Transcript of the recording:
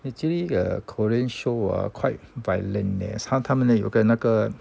actually the korean show ah quite violent leh some 他们有个那个